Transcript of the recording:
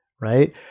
right